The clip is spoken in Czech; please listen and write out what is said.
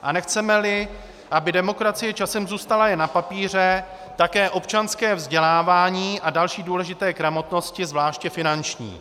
A nechcemeli, aby demokracie časem zůstala jen na papíře, také občanské vzdělávání a další důležité gramotnosti, zvláště finanční.